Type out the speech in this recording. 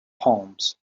palms